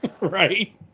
Right